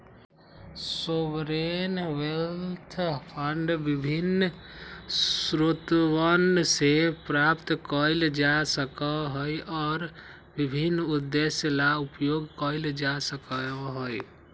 sovereign wealth fund विभिन्न स्रोतवन से प्राप्त कइल जा सका हई और विभिन्न उद्देश्य ला उपयोग कइल जा सका हई